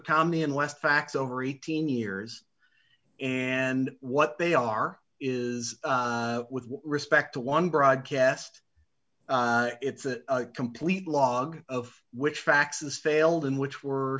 comey and west facts over eighteen years and what they are is with respect to one broadcast it's a complete log of which faxes failed and which were